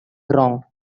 wrong